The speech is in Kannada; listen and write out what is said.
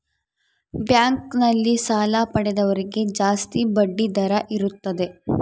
ಬ್ಯಾಂಕ್ ನಲ್ಲಿ ಸಾಲ ಪಡೆದವರಿಗೆ ಜಾಸ್ತಿ ಬಡ್ಡಿ ದರ ಇರುತ್ತದೆ